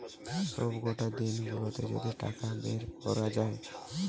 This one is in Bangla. সবকটা দিন গুলাতে যদি টাকা বের কোরা যায়